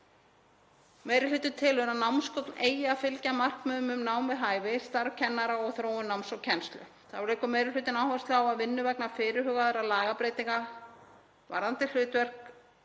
Meiri hlutinn telur að námsgögn eigi að fylgja markmiðum um nám við hæfi, starf kennara og þróun náms og kennslu. Þá leggur meiri hlutinn áherslu á að vinnu vegna fyrirhugaðra lagabreytinga varðandi hlutverk